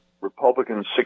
Republicans